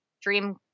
dream